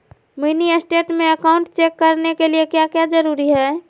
Mini state में account check करने के लिए क्या क्या जरूरी है?